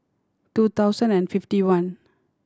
two thousand and fifty one